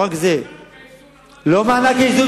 מענק האיזון,